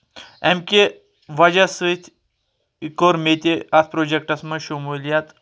امہِ کہِ وجہ سۭتۍ کوٚر مےٚ تہِ اَتھ پروجکٹَس منٛز شموٗلیت